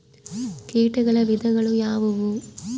ಕೇಟಗಳ ವಿಧಗಳು ಯಾವುವು?